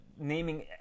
Naming